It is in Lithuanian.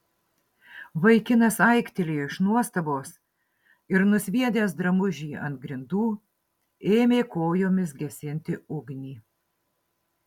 vaikinas aiktelėjo iš nuostabos ir nusviedęs drabužį ant grindų ėmė kojomis gesinti ugnį